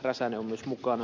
räsänen on myös mukana